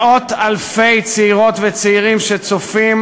מאות-אלפי צעירות וצעירים שצופים,